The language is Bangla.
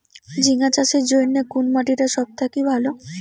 ঝিঙ্গা চাষের জইন্যে কুন মাটি টা সব থাকি ভালো?